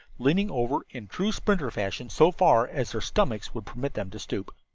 leaning over in true sprinter fashion so far as their stomachs would permit them to stoop.